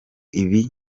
ibi